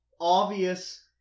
obvious